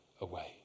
away